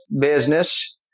business